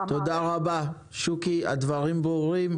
תודה רבה שוקי, הדברים ברורים.